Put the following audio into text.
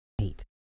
eight